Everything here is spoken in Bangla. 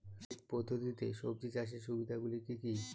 বেড পদ্ধতিতে সবজি চাষের সুবিধাগুলি কি কি?